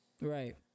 Right